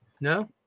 No